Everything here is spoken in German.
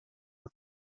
ist